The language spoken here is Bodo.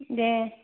दे